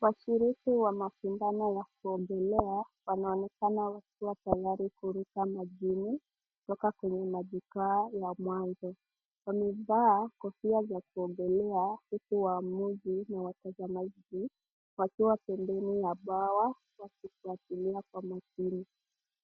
Washiriki wa mashindano ya kuogelea wanaonekana wakiwa tayari kuruka majini kutoka kwenye majukwaa ya mwanzo. Wamevaa kofia za kuogelea huku waamuzi na watazamaji wakiwa pembeni mwa bwawa wakifuatilia kwa makini.